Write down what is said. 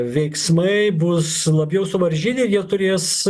veiksmai bus labiau suvaržyti ir jie turės